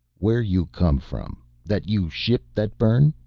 where you come from? that you ship that burn,